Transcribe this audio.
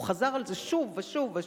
הוא חזר על זה שוב ושוב ושוב.